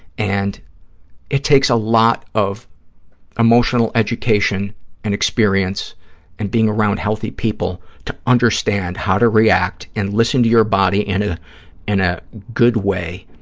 and it takes a lot of emotional education and experience and being around healthy people to understand how to react and listen to your body in a good way.